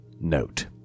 Note